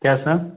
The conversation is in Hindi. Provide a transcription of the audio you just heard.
क्या सर